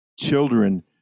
Children